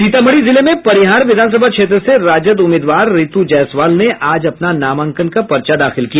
सीतामढ़ी जिले में परिहार विधानसभा क्षेत्र से राजद उम्मीदवार ऋतु जायसवाल ने आज अपना नामांकन का पर्चा दाखिल किया